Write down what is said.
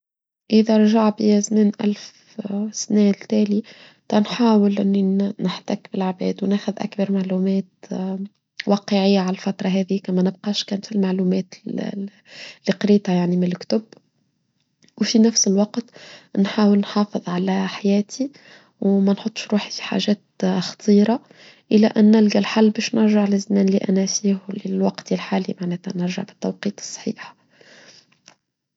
إذا رجع بي زمن ألف سنة لتالي تنحاول أن نحتك بالعباد وناخذ أكبر معلومات واقعية على الفترة هذه كما نبقاش كمت المعلومات القريطة يعني من الكتب وفي نفس الوقت نحاول نحافظ على حياتي وما نحطش روحي في حاجات خطيرة إلى أن نلقى الحل بيش نرجع لزمن اللي أناسيه للوقت الحالي ما نتنرجع بالتوقيت الصحيح.